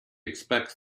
expects